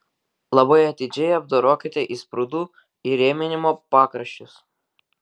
labai atidžiai apdorokite įsprūdų įrėminimo pakraščius